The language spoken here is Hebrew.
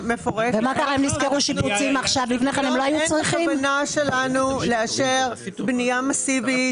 תגיד מהר בגלל שאין לנו הרבה זמן.